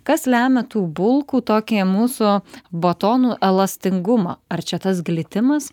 kas lemia tų bulkų tokį mūsų batonų elastingumą ar čia tas glitimas